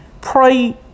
pray